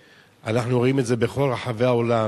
שאנחנו רואים את זה בכל רחבי העולם,